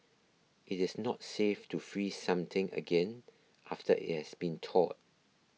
it is not safe to freeze something again after it has been thawed